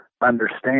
understand